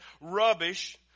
rubbish